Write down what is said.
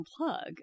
unplug